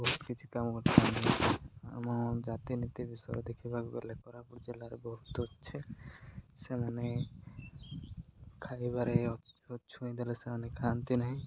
ବହୁତ କିଛି କାମ ଆମ ଜାତି ନୀତି ବିଷୟ ଦେଖିବାକୁ ଗଲେ କୋରାପୁଟ ଜିଲ୍ଲାରେ ବହୁତ ଅଛି ସେମାନେ ଖାଇବାରେ ଛୁଇଁ ଦେଲେ ସେମାନେ ଖାଆନ୍ତି ନାହିଁ